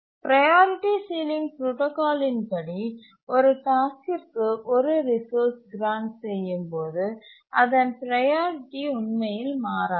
priority ceiling புரோடாகாலின் படி ஒரு டாஸ்க்கிற்கு ஒரு ரிசோர்ஸ் கிராண்ட் செய்யும் போது அதன் ப்ரையாரிட்டி உண்மையில் மாறாது